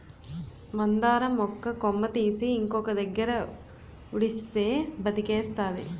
మందార మొక్క కొమ్మ తీసి ఇంకొక దగ్గర ఉడిస్తే బతికేస్తాది